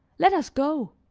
let us go.